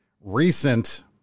Recent